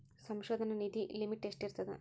ಸಂಶೋಧನಾ ನಿಧಿ ಲಿಮಿಟ್ ಎಷ್ಟಿರ್ಥದ